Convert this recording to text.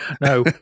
no